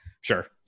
Sure